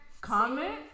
comment